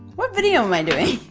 what video am i doing?